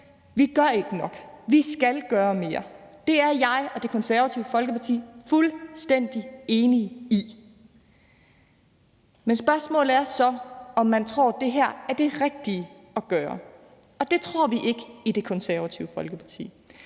gør nok, og at vi skal gøre mere. Det er jeg og Det Konservative Folkeparti fuldstændig enige i. Spørgsmålet er så, om man tror, at det her er det rigtige at gøre, og det tror vi ikke i Det Konservative Folkeparti.